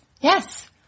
Yes